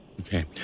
Okay